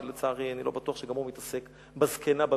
שלצערי אני לא בטוח שגם הוא מתעסק בזקנה במסדרון.